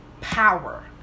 power